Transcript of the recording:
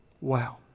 Wow